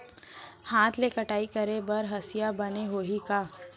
हाथ ले कटाई करे बर हसिया बने होही का?